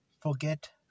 forget